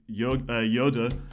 Yoda